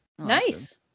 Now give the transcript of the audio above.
Nice